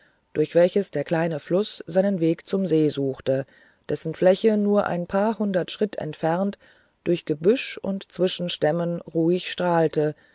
durch welches der kleine fluß seinen weg zum see suchte dessen fläche nur ein paar hundert schritt entfernt durch gebüsch und zwischen stämmen ruhig strahlte